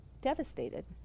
devastated